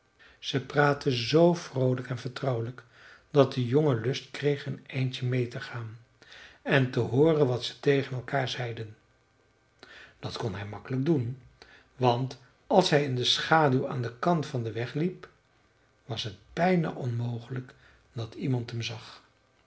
ze praatten zoo vroolijk en vertrouwelijk dat de jongen lust kreeg een eindje mee te gaan en te hooren wat ze tegen elkaar zeiden dat kon hij gemakkelijk doen want als hij in de schaduw aan den kant van den weg liep was het bijna onmogelijk dat iemand hem zag